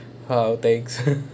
!whoa! thanks